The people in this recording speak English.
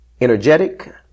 Energetic